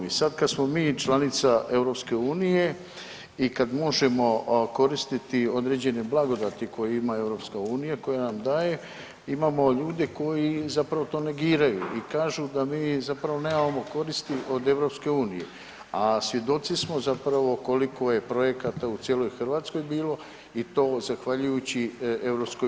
I sad kad smo mi članica EU i kad možemo koristiti određene blagodati koje ima EU koje nam daje, imamo ljude koji zapravo to negiraju i kažu da mi zapravo nemamo koristi od EU, a svjedoci smo zapravo koliko je projekata u cijeloj Hrvatskoj bilo i to zahvaljujući EU.